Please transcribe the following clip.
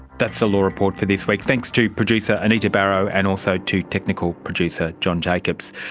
that's the law report for this week. thanks to producer anita barraud and also to technical producer john jacobs.